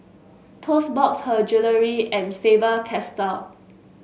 Toast Box Her Jewellery and Faber Castell